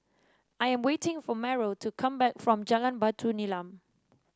I am waiting for Meryl to come back from Jalan Batu Nilam